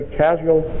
casual